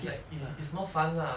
is like it's it's more fun lah